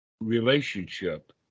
relationship